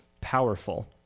powerful